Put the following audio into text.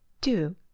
Two